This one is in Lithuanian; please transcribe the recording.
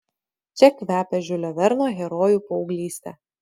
čia kvepia žiulio verno herojų paauglyste